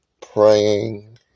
praying